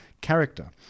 character